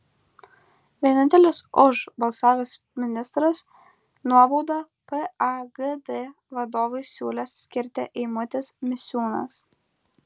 vienintelis už balsavęs ministras nuobaudą pagd vadovui siūlęs skirti eimutis misiūnas